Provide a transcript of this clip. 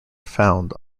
found